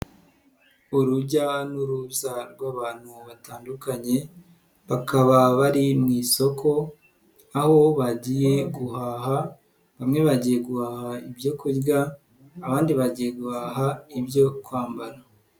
Urujya n'uruza rw'abantu batandukanye bakaba bari mu isoko aho bagiye guhaha bamwe bagiye guhaha ibyo kurya abandi bagiye guhaha ibyo kwambara.